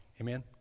Amen